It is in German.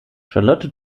charlotte